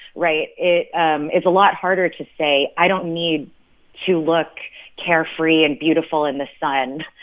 right? it um is a lot harder to say, i don't need to look carefree and beautiful in the sun,